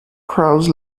crows